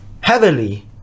heavily